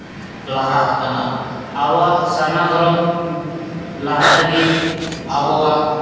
ᱵᱟᱝᱜᱮ ᱞᱟᱦᱟ ᱟᱠᱟᱱᱟ ᱟᱵᱚᱣᱟ ᱥᱟᱨᱱᱟ ᱫᱷᱚᱨᱚᱢ ᱞᱟᱦᱟᱭ ᱞᱟᱹᱜᱤᱫ ᱟᱵᱚᱣᱟᱜ